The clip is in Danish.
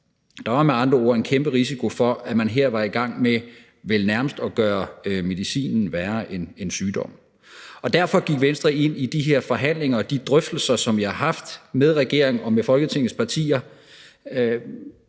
Der var med andre ord en kæmpe risiko for, at man her var i gang med vel nærmest at gøre medicinen værre end sygdommen. Derfor gik Venstre ind i de her forhandlinger og de drøftelser, som vi har haft med regeringen og med Folketingets partier,